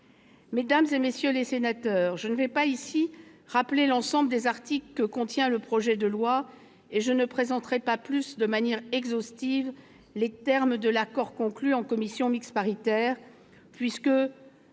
Mesdames, messieurs les sénateurs, je ne vais pas rappeler ici l'ensemble des articles que contient le projet de loi et je ne présenterai pas plus de manière exhaustive les termes de l'accord conclu en commission mixte paritaire, puisque